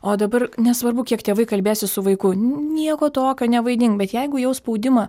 o dabar nesvarbu kiek tėvai kalbėsis su vaiku nieko tokio nevaidink bet jeigu jau spaudimą